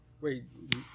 Wait